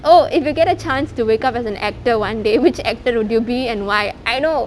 oh if you get a chance to wake up as a actor one day which actor would you be and why I know